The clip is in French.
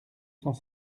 cent